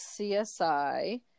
CSI